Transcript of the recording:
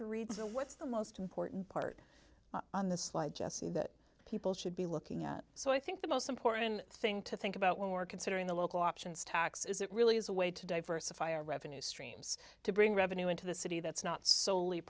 to read so what's the most important part on the slide jesse that people should be looking at so i think the most important thing to think about when we're considering the local options tax is it really is a way to diversify our revenue streams to bring revenue into the city that's not solely